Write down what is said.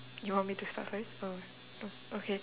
you want me to start first or oh okay